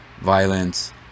violence